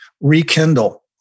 rekindle